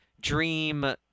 dream